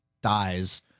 dies